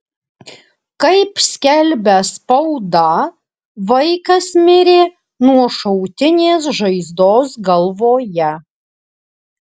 kaip skelbia spauda vaikas mirė nuo šautinės žaizdos galvoje